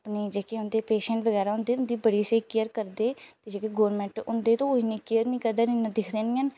अपने जेह्के उं'दे पेशेंट बगैरा होंदे उं'दी बड़ी स्हेई केयर करदे ते जेह्के गौरमेंट होंदे ते ओह् इ'न्नी केयर निं करदे न इ'न्ना दिक्खदे निं हैन